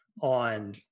on